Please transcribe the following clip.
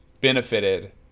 benefited